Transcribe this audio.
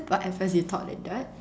but at first you thought like that